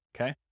okay